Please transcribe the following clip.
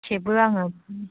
खेबो आङो